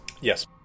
Yes